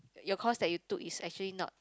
your course that you took is actually not